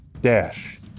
dash